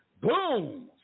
boom